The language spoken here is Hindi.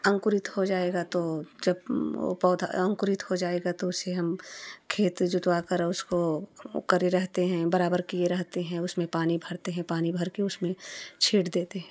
अंकुरित हो जाएगा तो जब वह पौधा अंकुरित हो जाएगा तो उसे हम खेत जुतवा कर आ उसको करे रहते हैं बराबर किए रहते हैं उसमें पानी भरते हैं पानी भर के उसमें छींट देते हैं